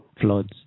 floods